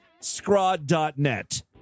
Scrod.net